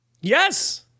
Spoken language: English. Yes